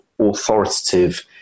authoritative